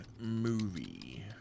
movie